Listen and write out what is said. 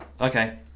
Okay